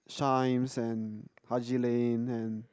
chijmes and haji lane and